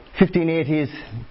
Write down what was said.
1580s